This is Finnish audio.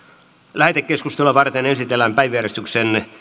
lähetekeskustelua varten esitellään päiväjärjestyksen